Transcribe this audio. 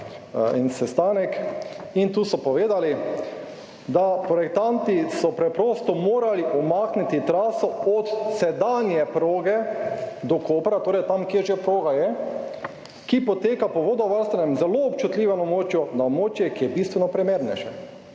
eden sestanek in tu so povedali, da projektanti so preprosto morali umakniti traso od sedanje proge do Kopra, torej tam, kjer že proga je, ki poteka po vodovarstvenem, zelo občutljivem območju, na območje, ki je bistveno primernejše,